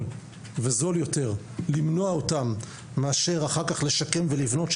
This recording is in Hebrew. וזול יותר למנוע אותן מאשר אחר כך לשקם ולבנות,